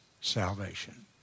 salvation